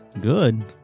Good